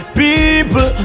people